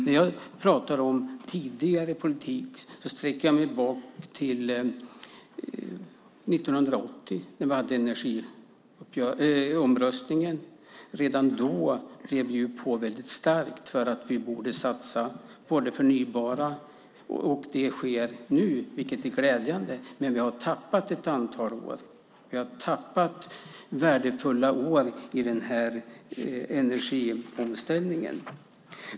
När jag pratar om tidigare politik sträcker jag mig tillbaka till 1980 när vi hade energiomröstningen. Redan då drev vi på väldigt starkt för att vi borde satsa på det förnybara. Det sker nu, vilket är glädjande, men vi har tappat ett antal år. Vi har tappat värdefulla år i energiomställningen.